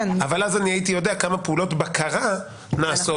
אבל אז הייתי יודע כמה פעולות בקרה נעשות.